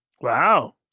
Wow